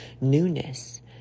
newness